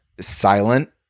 silent